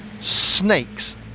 snakes